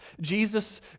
Jesus